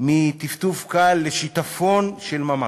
מטפטוף קל לשיטפון של ממש.